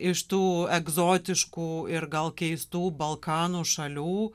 iš tų egzotiškų ir gal keistų balkanų šalių